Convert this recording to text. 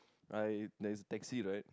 right there is taxi right